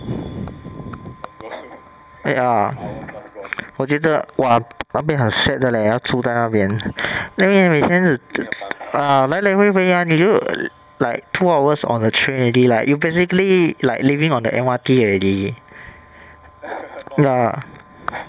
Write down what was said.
ya 我觉得 !wah! 那边很 shag 的 leh 要住在那边那边每天日来来回回 ah 你就 err like two hours on the train already like you basically like living on the M_R_T already ya